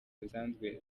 zisanzwe